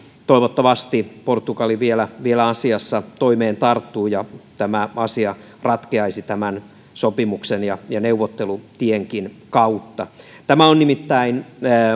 toivottavasti portugali vielä vielä asiassa toimeen tarttuu ja tämä asia ratkeaisi sopimuksen ja ja neuvottelutienkin kautta tämä on nimittäin